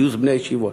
גיוס בני הישיבות.